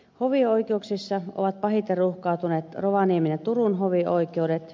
hovioikeuksista ovat pahiten ruuhkautuneet rovaniemen ja turun hovioikeudet